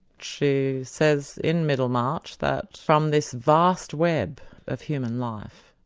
she says in middlemarch that from this vast web of human life,